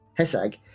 Hesag